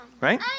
right